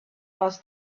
was